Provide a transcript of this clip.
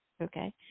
Okay